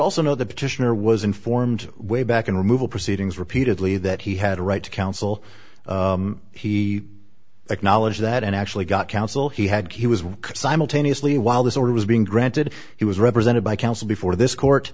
also know the petitioner was informed way back in removal proceedings repeatedly that he had a right to counsel he acknowledged that and actually got counsel he had he was simultaneously while this order was being granted he was represented by counsel before this